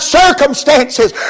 circumstances